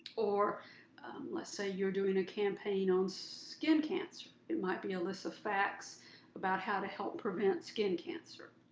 or let's say you're doing a campaign on skin cancer, it might be a list of facts about how to help prevent skin cancer.